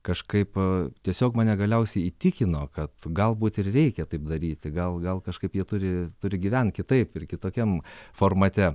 kažkaip tiesiog mane galiausiai įtikino kad galbūt ir reikia taip daryti gal gal kažkaip jie turi turi gyvent kitaip ir kitokiam formate